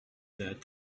that